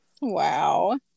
wow